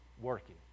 working